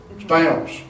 stamps